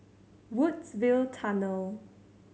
Woodsville Tunnel